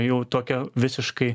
jau tokia visiškai